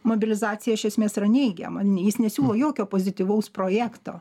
mobilizacija iš esmės yra neigiama jis nesiūlo jokio pozityvaus projekto